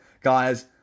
guys